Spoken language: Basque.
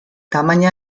tamaina